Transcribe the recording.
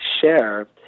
share